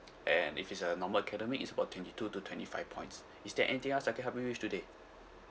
and if it's a normal academic it's about twenty two to twenty five points is there anything else I can help you with today